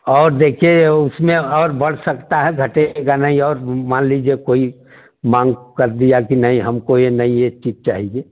और देखिए उसमें और बढ़ सकता है घटेगा नहीं और मान लीजिए कोई मांग कर दिया कि नहीं हमको ये नई एक चीज चाहिए